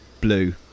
blue